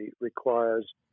requires